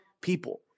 people